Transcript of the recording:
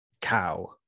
cow